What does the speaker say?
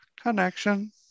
Connection